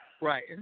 Right